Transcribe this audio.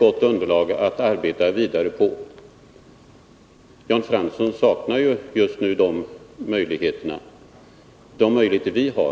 De möjligheterna saknar Jan Fransson, men vi kommer att utnyttja våra möjligheter.